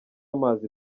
amazi